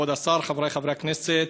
כבוד השר, חברי חברי הכנסת,